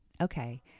okay